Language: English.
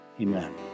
Amen